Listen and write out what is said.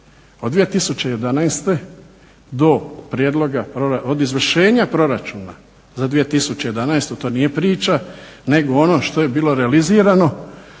od izvršenja proračuna za 2011., to nije priča nego ono što je bilo realizirano,